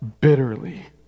bitterly